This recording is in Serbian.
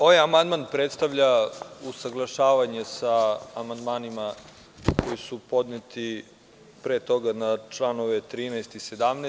Ovaj amandman predstavlja usaglašavanje sa amandmanima koji su podneti pre toga na članove 13. i 17.